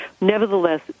Nevertheless